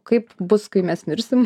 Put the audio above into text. kaip bus kai mes mirsim